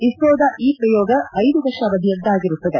ಇಸ್ತೋದ ಈ ಪ್ರಯೋಗ ಐದು ವರ್ಷಅವಧಿಯದ್ದಾಗಿರುತ್ತದೆ